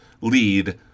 lead